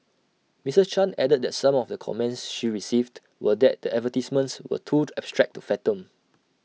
Mrs chan added that some of the comments she received were that the advertisements were too to abstract to fathom